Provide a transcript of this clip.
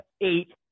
eight